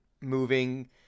moving